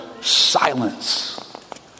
silence